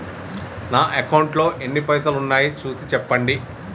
నా అకౌంట్లో ఎన్ని పైసలు ఉన్నాయి చూసి చెప్పండి?